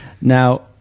Now